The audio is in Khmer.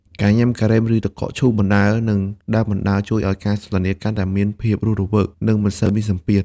ការញ៉ាំ "ការ៉េម" ឬ "ទឹកកកឈូស" បណ្ដើរ និងដើរលេងបណ្ដើរ ជួយឱ្យការសន្ទនាកាន់តែមានភាពរស់រវើក និងមិនសូវមានសម្ពាធ។